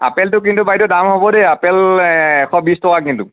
আপেলটো কিন্তু বাইদেউ দাম হ'ব দেই আপেল এশ বিশ টকা কিন্তু